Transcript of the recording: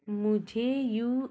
मुझे यू